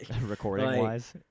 Recording-wise